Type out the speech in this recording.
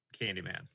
Candyman